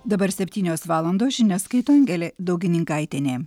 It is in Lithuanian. dabar septynios valandos žinias skaito angelė daugininkaitienė